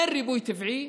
אין ריבוי טבעי,